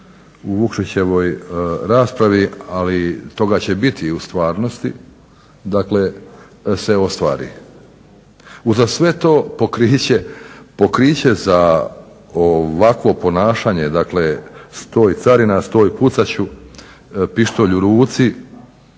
u Vukšićevoj raspravi, ali toga će biti i u stvarnosti, dakle se ostvari. Uza sve to pokriće za ovakvo ponašanje, dakle stoj carina, stoj pucat ću, pištolj u ruci